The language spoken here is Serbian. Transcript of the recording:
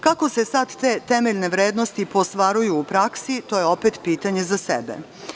Kako se sad te temeljne vrednosti ostvaruju u praksi, to je opet pitanje za sebe.